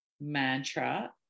mantra